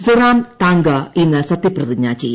സൊറാം താങ്ക ഇന്ന് സത്യപ്രതിജ്ഞ ചെയ്യും